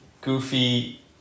goofy